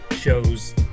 shows